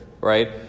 right